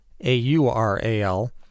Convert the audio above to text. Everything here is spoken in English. A-U-R-A-L